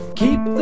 keep